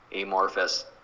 amorphous